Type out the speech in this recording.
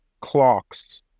clocks